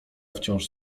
wciąż